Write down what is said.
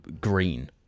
green